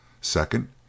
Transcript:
Second